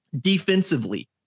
defensively